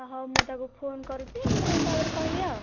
ହ ହଉ ମୁଁ ତାକୁ ଫୋନ କରୁଛି ତାପରେ କହିବି ଆଉ